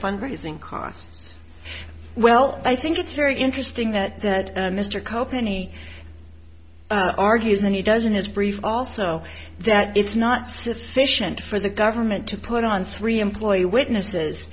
fund raising costs well i think it's very interesting that that mr cope and he argues that he doesn't his brief also that it's not sufficient for the government to put on three employee witnesses